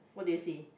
what do you see